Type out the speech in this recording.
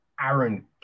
Aaron